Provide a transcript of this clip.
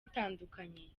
itandukanye